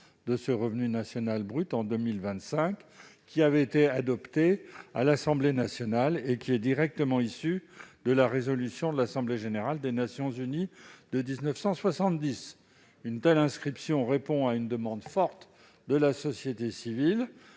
[du] revenu national brut en 2025 », adoptée par l'Assemblée nationale, est directement issue de la résolution de l'Assemblée générale des Nations unies de 1970. Une telle inscription dans la loi répond à une demande forte de la société civile,